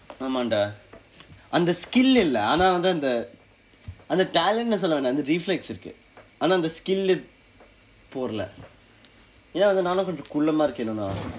ஆமாம்:aamaam dah அந்த:andtha skill இல்லை ஆனா வந்து அந்த அந்த:illai aanaa vandthu andtha andtha talent னு சொல்ல வேண்டாம் அந்த:nu solla vaendaam andtha reflex இருக்கு ஆனா அந்த:irukku aanaa andtha skill போதில்லை ஏனா வந்து நானும் கொஞ்சம் குள்ளமா இருக்கிறேன் நான்:pothillai aenaa vanthu naanum koncham kullamaa irukkiren naan